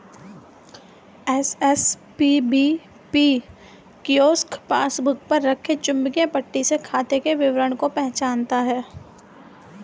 SSPBP kiosk passbook पर रखे चुंबकीय पट्टी से खाते के विवरण को पहचानता है